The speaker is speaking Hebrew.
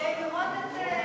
מדוע גברתי הולכת רחוק כל כך?